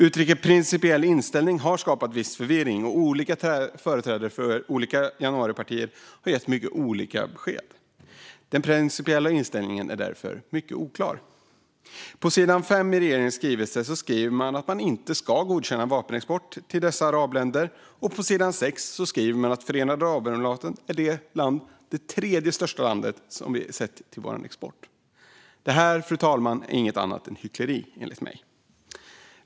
Uttrycket principiell inställning har skapat viss förvirring, och olika företrädare för olika januaripartier har gett mycket olika besked. Den principiella inställningen är därför mycket oklar. På s. 5 i regeringens skrivelse skriver man att man inte ska godkänna vapenexport till dessa arabländer, och på s. 6 skriver man att Förenade Arabemiraten är det tredje största landet sett till vår export. Detta, fru talman, är inget annat än hyckleri, enligt mig.